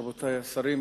רבותי השרים,